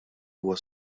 huwa